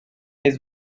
his